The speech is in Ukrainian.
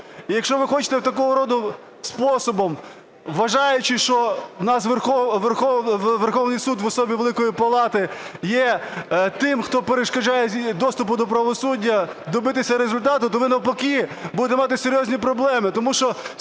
І якщо ви хочете такого роду способом, вважаючи, що у нас Верховний Суд в особі Великої Палати є тим, хто перешкоджає доступу до правосуддя, добитися результату, то ви навпаки будете мати серйозні проблеми,